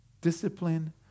Discipline